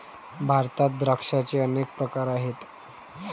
भारतात द्राक्षांचे अनेक प्रकार आहेत